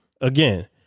again